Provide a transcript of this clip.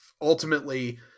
ultimately